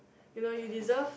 you know you deserve